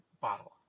bottle